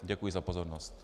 Děkuji za pozornost.